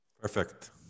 Perfect